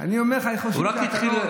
הוא רק התחיל.